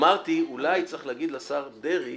אמרתי שאולי צריך להגיד לשר דרעי